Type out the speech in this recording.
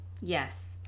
Yes